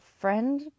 friend